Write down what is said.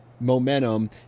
momentum